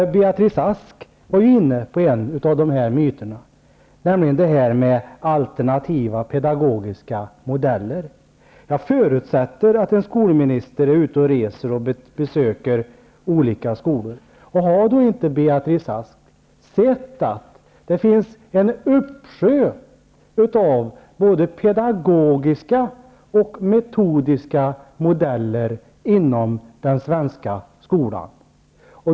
Beatrice Ask var inne på en av de myterna, nämligen den om alternativa pedagogiska modeller. Jag förutsätter att en skolminister är ute och reser och besöker olika skolor. Har Beatrice Ask då inte sett att det finns en uppsjö av både pedagogiska och metodiska modeller inom den svenska skolan?